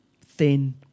thin